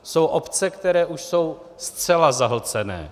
Jsou obce, které už jsou zcela zahlcené.